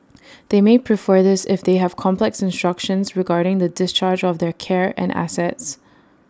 they may prefer this if they have complex instructions regarding the discharge of their care and assets